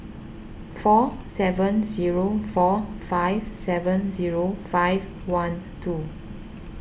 four seven zero four five seven zero five one two